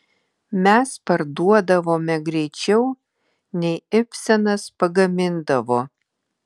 mes parduodavome greičiau nei ibsenas pagamindavo